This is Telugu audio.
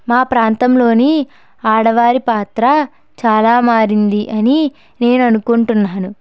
మా ప్రాంతంలోని ఆడవారి పాత్ర చాలా మారింది అని నేను అనుకుంటున్నాను